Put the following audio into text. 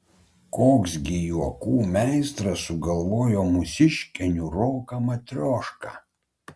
koks gi juokų meistras sugalvojo mūsiškę niūroką matriošką